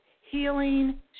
healing